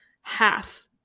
half